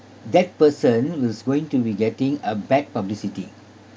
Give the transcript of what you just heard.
that person who's going to be getting a bad publicity